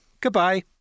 Goodbye